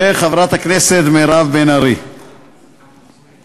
וחברת הכנסת מירב בן ארי, שלום.